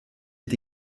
est